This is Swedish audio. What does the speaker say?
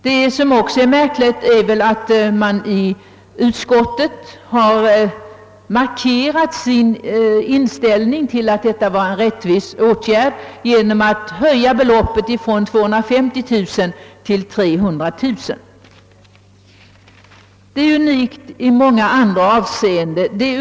Det är också märkligt att utskottets ledamöter har markerat sin inställning att detta är en rättvis åtgärd genom att höja beloppet från 250 000 till 300 000 kronor.